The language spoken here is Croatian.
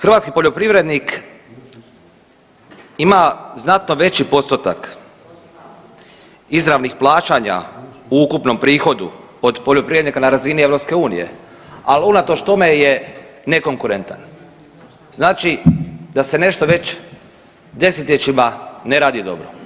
Hrvatski poljoprivrednik ima znatno veći postotak izravnih plaćanja u ukupnom prihodu od poljoprivrednika na razini EU, al unatoč tome je nekonkurentan, znači da se nešto već 10-ljećima ne radi dobro.